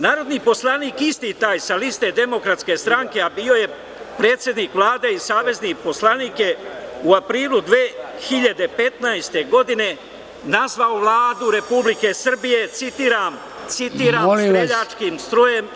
Narodni poslanik, isti taj sa liste DS, a bio je predsednik Vlade i savezni poslanik je u aprilu 2015. godine nazvao Vladu Republike Srbije citiram – „streljačkim strojem i